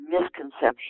misconception